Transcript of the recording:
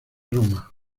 roma